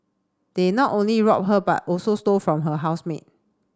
they not only robbed her but also stole from her housemate